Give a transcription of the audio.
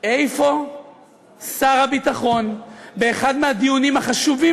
איפה שר הביטחון באחד הדיונים החשובים